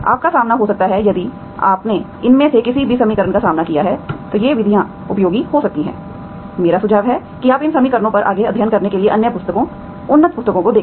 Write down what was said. आपका सामना हो सकता है यदि आपने इनमें से किसी भी समीकरण का सामना किया है तो ये विधियाँ उपयोगी हो सकती हैं मेरा सुझाव है कि आप इन समीकरणों पर आगे अध्ययन करने के लिए अन्य पुस्तकों उन्नत पुस्तकों को देखें